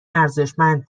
ارزشمند